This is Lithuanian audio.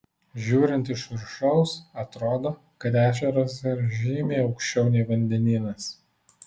žiūrint iš viršaus atrodo kad ežeras yra žymiai aukščiau nei vandenynas